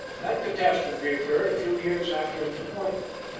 that catastrophe occurred a few years after his appointment.